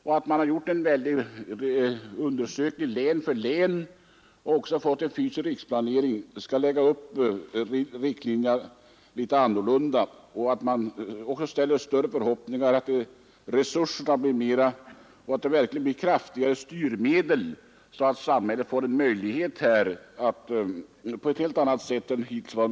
Man har gjort en undersökning län för län, man har fått en fysisk riksplanering och skall lägga upp riktlinjerna litet annorlunda, och man ställer större förhoppningar på bättre resurser och kraftigare styrmedel, så att samhället får helt andra möjligheter än hittills.